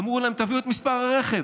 אמרו להם: תביאו את מספר הרכב.